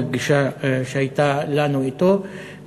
בפגישה שהייתה לנו אתו,